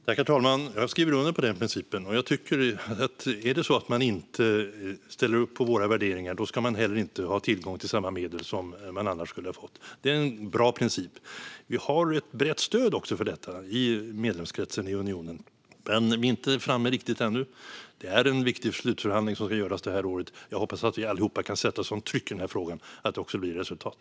Herr talman! Jag skriver under på den principen. Jag tycker så här: Ställer man inte upp på våra värderingar ska man heller inte ha tillgång till samma medel som man annars skulle ha. Det är en bra princip. Vi har ett brett stöd för detta i medlemskretsen i unionen, men vi är inte framme riktigt ännu. Det är en viktig slutförhandling som ska göras detta år. Jag hoppas att vi allihop kan sätta ett sådant tryck i denna fråga att det också blir resultat.